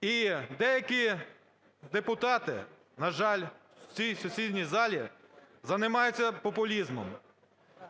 І деякі депутати, на жаль, в цій сесійній залі занимаются популізмом,